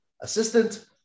assistant